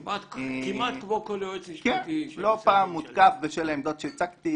כמעט כל יועץ משפטי של משרד ממשלתי.